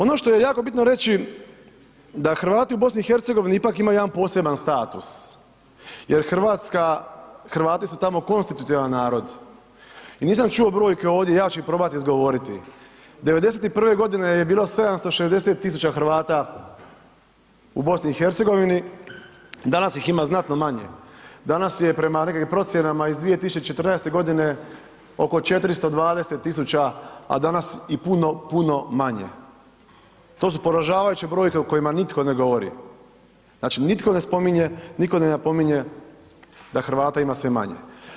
Ono što je jako bitno reći da Hrvati u BiH ipak imaju jedan poseban status jer Hrvati su tamo konstitutivan narod i nisam čuo brojke ovdje, ja ću ih probat izgovoriti, 91.g. je bilo 760 000 Hrvata u BiH, danas ih ima znatno manje, danas je prema nekim procjenama iz 2014.g. oko 420 000, a danas i puno, puno manje, to su poražavajuće brojke o kojima nitko ne govori, znači, nitko ne spominje, nitko ne napominje da Hrvata ima sve manje.